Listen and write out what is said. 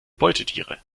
beutetiere